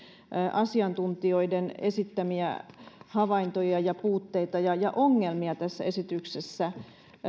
asiantuntijoiden esittämiä havaintoja puutteita ja ja ongelmia tässä esityksessä